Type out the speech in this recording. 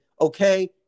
okay